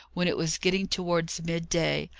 when it was getting towards mid-day.